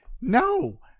No